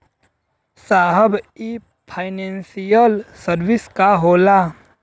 साहब इ financial service का होला?